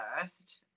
first